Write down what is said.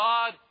God